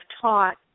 taught